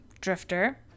drifter